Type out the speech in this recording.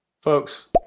Folks